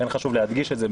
חשוב להדגיש את זה.